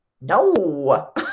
No